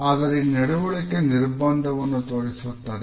ಆದರೆ ಈ ನಡವಳಿಕೆ ನಿರ್ಬಂಧವನ್ನು ತೋರಿಸುತ್ತದೆ